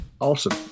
Awesome